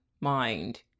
mind